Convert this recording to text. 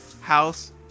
House